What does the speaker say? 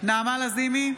נעמה לזימי,